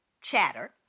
chatter